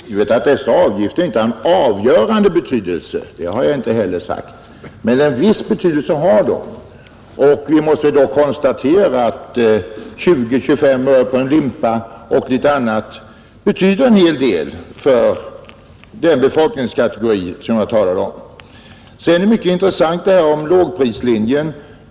Herr talman! Det är fullständigt riktigt att dessa avgifter inte har en avgörande betydelse. Det har jag inte heller sagt. Men en viss betydelse har de dock, och vi måste ändå konstatera att 20—2S5 öre i ökat pris för en limpa betyder en hel del för den kategori jag talade om. Det är mycket intressant det här om lågprislinje.